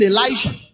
Elijah